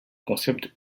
concepts